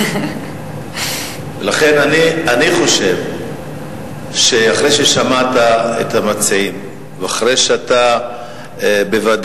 לכן אני חושב שאחרי ששמעת את המציעים ואחרי שחלק